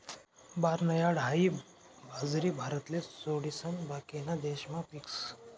barnyard हाई बाजरी भारतले सोडिसन बाकीना देशमा पीकस